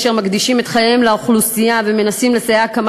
אשר מקדישים את חייהם לאוכלוסייה ומנסים לסייע כמה